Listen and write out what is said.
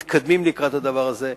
האם אנחנו מתקדמים לקראת הדבר הזה.